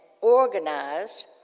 organized